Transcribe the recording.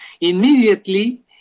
Immediately